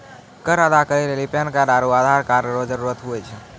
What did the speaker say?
कर अदा करै लेली पैन कार्ड आरू आधार कार्ड रो जरूत हुवै छै